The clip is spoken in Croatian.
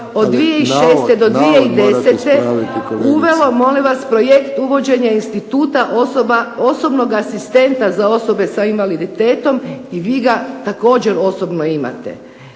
od 2006. do 2010. uvelo molim vas projekt uvođenje instituta osobnog asistenta za osobe sa invaliditetom i vi ga također osobno imate.